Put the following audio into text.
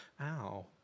Ow